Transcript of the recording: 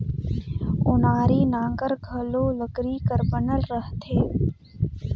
ओनारी नांगर घलो लकरी कर बनल रहथे